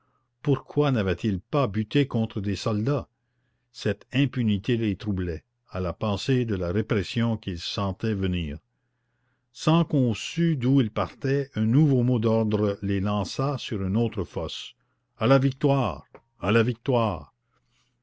pourquoi n'avaient-ils pas buté contre des soldats cette impunité les troublait à la pensée de la répression qu'ils sentaient venir sans qu'on sût d'où il partait un nouveau mot d'ordre les lança sur une autre fosse a la victoire à la victoire